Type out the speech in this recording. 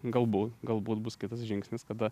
galbūt galbūt bus kitas žingsnis kada